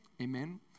Amen